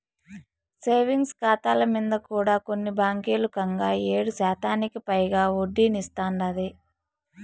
savings కాతాల మింద కూడా కొన్ని బాంకీలు కంగా ఏడుశాతానికి పైగా ఒడ్డనిస్తాందాయి